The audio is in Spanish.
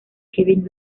kevin